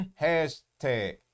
Hashtag